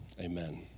amen